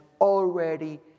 already